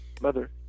mother